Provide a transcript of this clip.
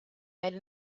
made